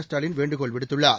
ஸ்டாலின் வேண்டுகோள் விடுத்துள்ளார்